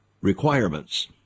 requirements